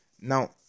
Now